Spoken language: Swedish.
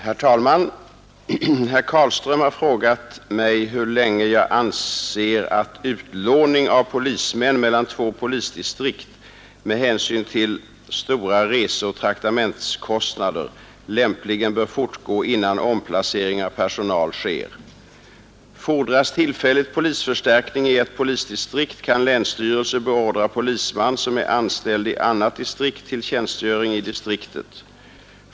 Herr talman! Herr Carlström har frågat mig hur länge jag anser att utlåning av polismän mellan två polisdistrikt — med hänsyn till stora reseoch traktamentskostnader — lämpligen bör fortgå innan omplacering av personal sker. Fordras tillfälligt polisförstärkning i ett polisdistrikt, kan länsstyrelse beordra polisman som är anställd i annat distrikt till tjänstgöring i distriktet.